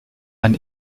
ein